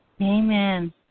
Amen